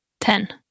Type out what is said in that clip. Ten